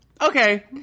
Okay